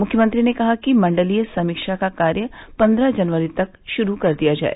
मुख्यमंत्री ने कहा कि मण्डलीय समीक्षा का कार्य पंद्रह जनवरी तक शुरू कर दिया जाए